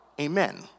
Amen